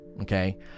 okay